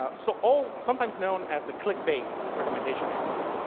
ah so sometimes known as the click base recommendation engines.